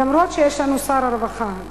אף-על-פי שיש לנו שר רווחה,